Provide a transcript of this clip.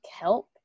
help